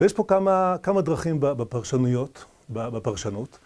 ויש פה כמה... כמה דרכים בפרשנויות... ב... בפרשנות.